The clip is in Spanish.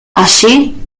allí